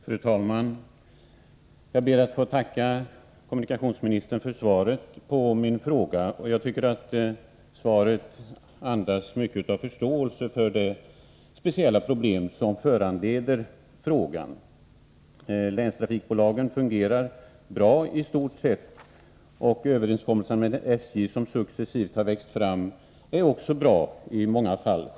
Fru talman! Jag ber att få tacka kommunikationsministern för svaret på min fråga. Jag tycker att svaret andas mycket av förståelse för de speciella problem som har föranlett frågan. Länstrafikbolagen fungerar i stort sett bra, och överenskommelserna med SJ, som successivt har växt fram, är i många fall bra.